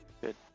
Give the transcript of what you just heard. good